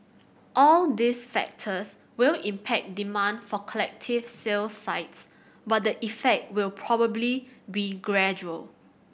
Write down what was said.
all these factors will impact demand for collective sale sites but the effect will probably be gradual